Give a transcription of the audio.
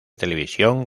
televisión